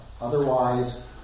Otherwise